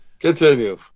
Continue